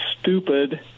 stupid